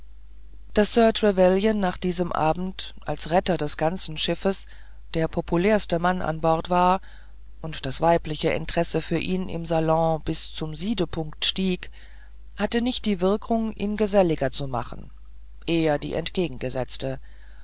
daß sir trevelyan nach diesem abend als retter des ganzen schiffes der populärste mann an bord war und das weibliche interesse für ihn im salon bis zum siedepunkt stieg hatte nicht die wirkung ihn geselliger zu machen eher die entgegengesetzte